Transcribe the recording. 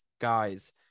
guys